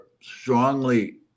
strongly